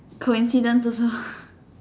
coincidence also